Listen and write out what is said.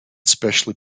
specially